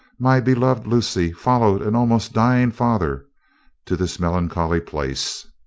my beloved lucy followed an almost dying father to this melancholy place.